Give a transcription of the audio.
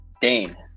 Dane